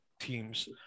teams